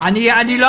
היא לא אכלה,